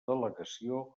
delegació